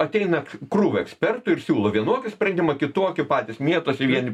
ateina krūva ekspertų ir siūlo vienokį sprendimą kitokį patys mėtosi vieni